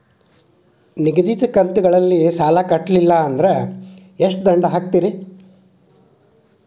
ನಿಗದಿತ ಕಂತ್ ಗಳಲ್ಲಿ ಸಾಲ ಕಟ್ಲಿಲ್ಲ ಅಂದ್ರ ಎಷ್ಟ ದಂಡ ಹಾಕ್ತೇರಿ?